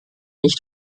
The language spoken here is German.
nicht